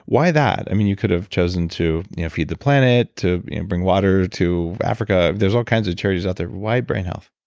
why that? i mean, you could have chosen to feed the planet, to bring water to africa, there's all kinds of charities out there why brain health?